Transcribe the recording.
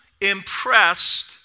impressed